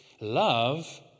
love